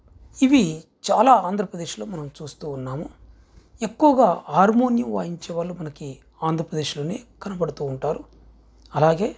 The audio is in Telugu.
ఇవి చాలా ఆంధ్రప్రదేశ్లో మనం చూస్తూ ఉన్నాము ఎక్కువగా హార్మోనియం వాయించే వాళ్ళు మనకి ఆంధ్రప్రదేశ్లోనే కనబడుతూ ఉంటారు అలాగే